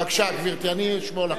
בבקשה, גברתי, אני אשמור לך.